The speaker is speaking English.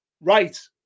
right